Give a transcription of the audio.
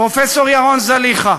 פרופסור ירון זליכה.